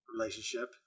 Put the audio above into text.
relationship